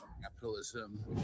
capitalism